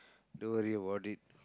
don't worry about it